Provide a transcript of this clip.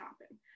happen